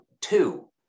Two